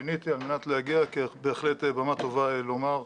שיניתי על מנת להגיע כי בהחלט זו במה טובה לומר.